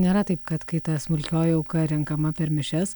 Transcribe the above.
nėra taip kad kai ta smulkioji auka renkama per mišias